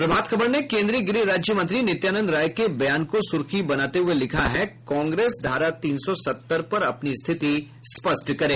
प्रभात खबर ने केन्द्रीय गृह राज्य मंत्री नित्यानंद राय के बयान को सुर्खी बनाते हुये लिखा है कांग्रेस धारा तीन सौ सत्तर पर अपनी स्थिति स्पष्ट करे